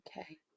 Okay